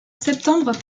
septembre